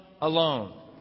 alone